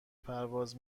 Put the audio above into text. پرواز